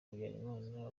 habyarimana